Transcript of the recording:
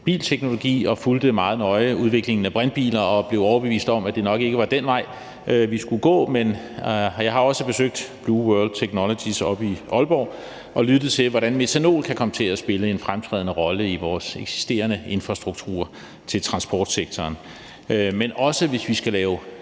bilteknologi og fulgte meget nøje udviklingen af brintbiler og blev overbevist om, at det nok ikke var den vej, vi skulle gå. Jeg har også besøgt Blue World Technologies oppe i Aalborg og lyttet til, hvordan metanol kan komme til at spille en fremtrædende rolle i vores eksisterende infrastruktur til transportsektoren. Men også hvis vi skal lave